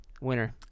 Winner